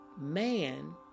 Man